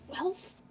Wealth